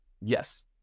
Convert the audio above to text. Yes